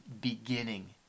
beginning